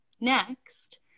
next